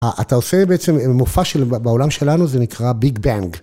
אתה עושה בעצם מופע של בעולם שלנו, זה נקרא ביג בנג.